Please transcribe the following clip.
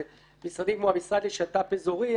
משרדים כמו המשרד לשיתוף פעולה אזורי,